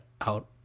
out